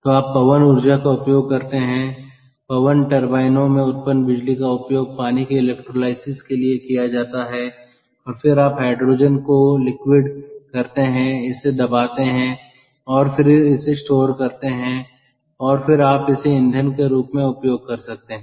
तो आप पवन ऊर्जा का उपयोग करते हैं पवन टर्बाइनों में उत्पन्न बिजली का उपयोग पानी के इलेक्ट्रोलिसिस के लिए किया जाता है और फिर आप हाइड्रोजन को लिक्विड करते हैं इसे दबाते हैं और फिर इसे स्टोर करते हैं और फिर आप इसे ईंधन के रूप में उपयोग कर सकते हैं